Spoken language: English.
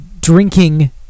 drinking